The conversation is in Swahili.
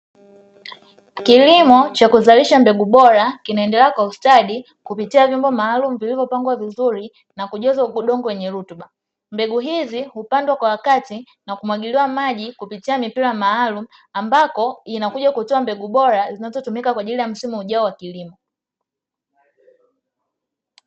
Kilimo cha kuzalisha mbegu bora kinaendelea kwa ustadi kupitia vyombo maalum vilivyopangwa vizuri na kuwekwa udongo wenye rutuba, mbegu hizi hupandwa kwa wakati na kumwagiliwa maji kupitia mipira maalum ambako inakuj akuto ambegu bora zinazotumika kwaajili ya msimu ujao wa kilimo.